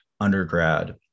undergrad